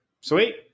sweet